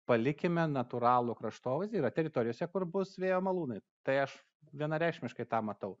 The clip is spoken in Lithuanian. palikime natūralų kraštovaizdį yra teritorijose kur bus vėjo malūnai tai aš vienareikšmiškai tą matau